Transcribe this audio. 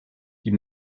die